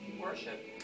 Worship